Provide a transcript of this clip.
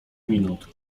minut